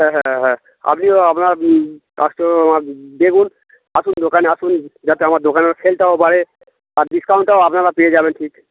হ্যাঁ হ্যাঁ হ্যাঁ আপনিও আপনার কাস্টমার দেখুন আসুন দোকানে আসুন যাতে আমার দোকানের সেলটাও বাে আর ডিসকাউন্টটাও আপনারা পেয়ে যাবেন ঠিক